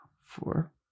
Four